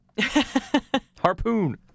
harpoon